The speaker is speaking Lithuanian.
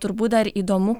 turbūt dar įdomu